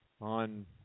on